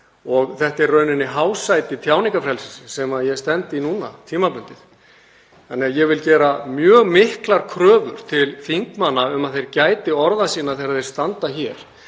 og þetta er í rauninni hásæti tjáningarfrelsisins sem ég stend í núna tímabundið. Þannig að ég vil gera mjög miklar kröfur til þingmanna um að þeir gæti orða sinna þegar þeir standa hér